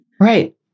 Right